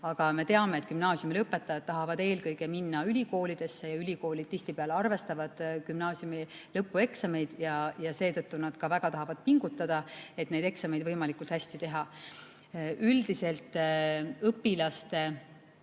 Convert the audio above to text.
Aga me teame, et gümnaasiumilõpetajad tahavad eelkõige minna ülikoolidesse ja ülikoolid tihtipeale arvestavad gümnaasiumi lõpueksameid ning seetõttu nad väga tahavad pingutada, et neid eksameid võimalikult hästi teha. Üldiselt õpilaste